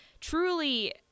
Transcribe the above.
truly